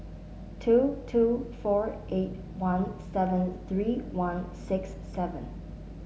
two two four eight one seven three one six seven